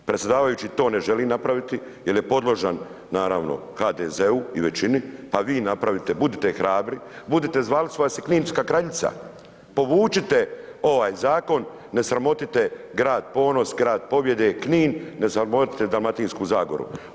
Predsjedavajući to ne želi napraviti jer je podložan naravno HDZ-u i većini, pa vi napravite, budite hrabri, budite zvali su vas i kninska kraljica, povučite ovaj zakon ne sramotite grad ponos, grad pobjede, Knin, ne sramotite Dalmatinsku zagoru.